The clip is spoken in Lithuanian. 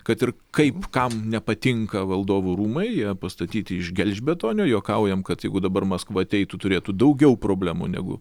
kad ir kaip kam nepatinka valdovų rūmai jie pastatyti iš gelžbetonio juokaujam kad jeigu dabar maskva ateitų turėtų daugiau problemų negu